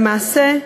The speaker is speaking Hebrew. למעשה,